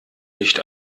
licht